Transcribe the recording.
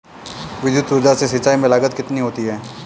विद्युत ऊर्जा से सिंचाई में लागत कितनी होती है?